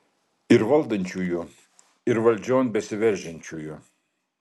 ir valdančiųjų ir valdžion besiveržiančiųjų